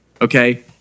okay